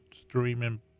streaming